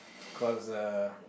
because uh